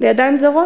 לידיים זרות.